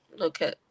Okay